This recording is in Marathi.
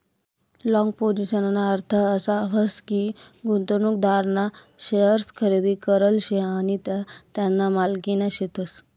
लाँग पोझिशनना अर्थ असा व्हस की, गुंतवणूकदारना शेअर्स खरेदी करेल शे आणि त्या त्याना मालकीना शेतस